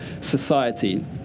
society